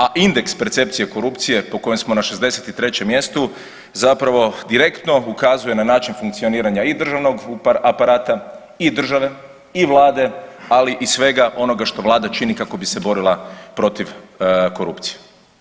A indeks percepcije korupcije po kojem smo na 63 mjestu zapravo direktno ukazuje na način funkcioniranja i državnog aparata i države i Vlade, ali i svega onoga što Vlada čini kako bi se borila protiv korupcije.